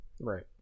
Right